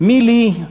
"מי לי,